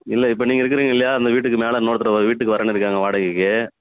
இல்லை இப்போ நீங்கள் இருக்குறீங்க இல்லையா அந்த வீட்டுக்கு மேலே இன்னொருத்தர் வீட்டுக்கு வரணுன்ருக்காங்க வாடகைக்கு